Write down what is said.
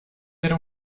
era